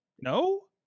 No